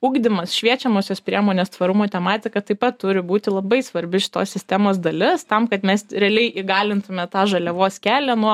ugdymas šviečiamosios priemonės tvarumo tematika taip pat turi būti labai svarbi šitos sistemos dalis tam kad mes realiai įgalintume tą žaliavos kelią nuo